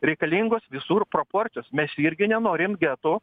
reikalingos visur proporcijos mes irgi nenorim getų